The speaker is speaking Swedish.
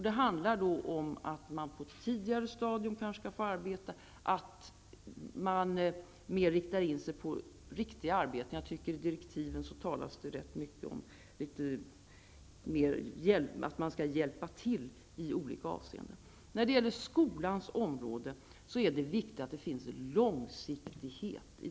Det handlar om att man på ett tidigare stadium kanske skall få arbeta och att det gäller riktiga arbeten. I direktiven talas det rätt mycket om att man skall ''hjälpa till'' i olika avseenden. När det gäller skolans område är det viktigt med långsiktighet.